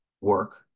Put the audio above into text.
work